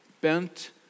bent